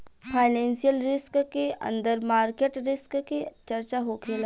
financial risk के अंदर market risk के चर्चा होखेला